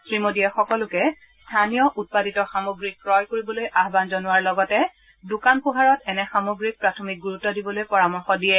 শ্ৰীমোদীয়ে সকলোকে স্থানীয় উৎপাদিত সামগ্ৰী ক্ৰয় কৰিবলৈ আহান জনোৱাৰ লগতে দোকান পোহাৰত এনে সামগ্ৰীক প্ৰাথমিক গুৰুত্ব দিবলৈ পৰামৰ্শ দিয়ে